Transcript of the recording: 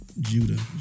Judah